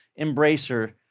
embracer